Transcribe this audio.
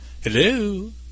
Hello